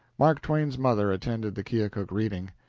mark twain's mother attended the keokuk reading.